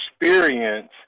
experience